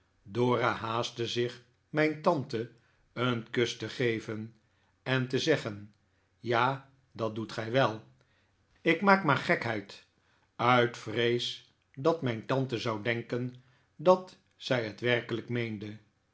dora haastte zich mijn tante een kus te geven en te zeggen ja dat doet gij wel ik maak maar gekheid uit vrees dat mijn tante zou denken dat zij het werkelijk meende